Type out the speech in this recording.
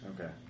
Okay